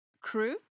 crew